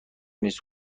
نیست